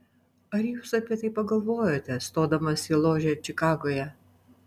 ar jūs apie tai pagalvojote stodamas į ložę čikagoje